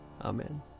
Amen